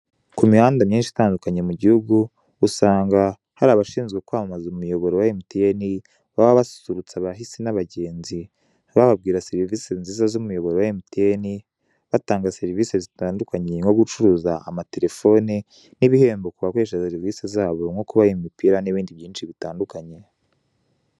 Ku mihanda myinshi itandukanye mu gihugu usanga hari abashinzwe kwamamaza umuyoboro wa mtn, baba basusurutsa abahisi n'abagenzi bababwira serivise nziza z'umuyoboro wa mtn, batanga serivise zitandukanye, nko gucuruza amaterefoni n'ibihembo ku bakoresha serivise zabo nko kubaha imipira n'ibindi byinshi bitandukanye.